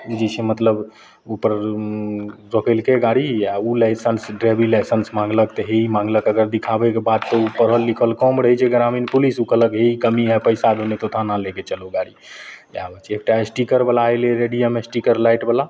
जे छै मतलब ओ पर उँ रोकेलकै गाड़ी आओर ओ लाइसेन्स ड्राइवरी लाइसेन्स माँगलक तऽ हे ई माँगलक अगर देखाबैके बातपर ओ पढ़ल लिखल कम रहै छै ग्रामीण पुलिस ओ कहलक हे ई कमी है पइसा दो नहीं तो थाना ले के चलो गाड़ी इएह होइ छै एकटा स्टिकरवला अएलै रेडियम स्टिकर लाइटवला